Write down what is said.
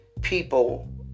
people